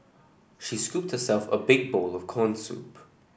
she scooped herself a big bowl of corn soup